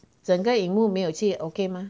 整个银幕没有去 okay mah